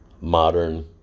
modern